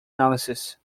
analysis